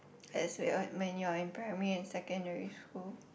as we're when you're in primary and secondary school